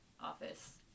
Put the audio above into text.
office